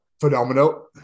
Phenomenal